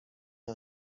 اید